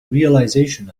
realization